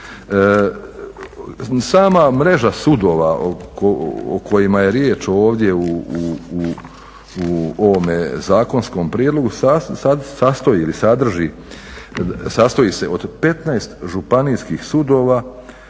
Sama mreža sudova o kojima je riječ ovdje u ovome zakonskome prijedlogu sastoji ili sadrži, sastoji se od 15 županijskih sudova,